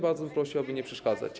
Bardzo bym prosił, aby nie przeszkadzać.